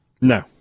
No